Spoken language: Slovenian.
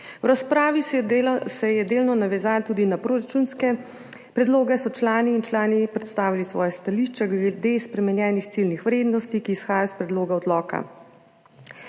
V razpravi, ki se je delno navezala tudi na proračunske predloge, so članice in člani predstavili svoja stališča glede spremenjenih ciljnih vrednosti, ki izhajajo iz predloga odloka.